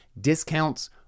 discounts